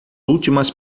últimas